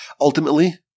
Ultimately